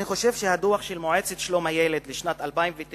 אני חושב שהדוח של המועצה לשלום הילד לשנת 2009,